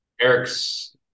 Eric's